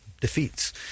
defeats